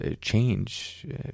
change